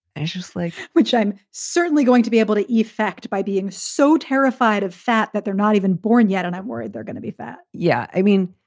and just like which i'm certainly going to be able to effect by being so terrified of fat that they're not even born yet. and i'm worried they're gonna be fat. yeah, i mean,